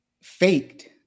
faked